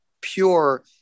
pure